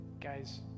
Guys